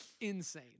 insane